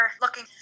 looking